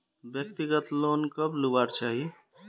व्यक्तिगत लोन कब लुबार चही?